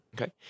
Okay